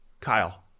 Kyle